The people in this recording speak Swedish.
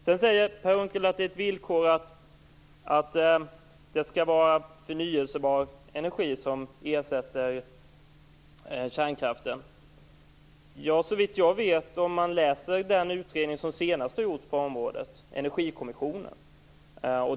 Sedan säger Per Unckel att det är ett villkor att det skall vara förnybar energi som ersätter kärnkraften. Man kan läsa den utredning som senast har gjorts på området, Energikommissionen.